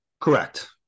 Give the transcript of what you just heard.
Correct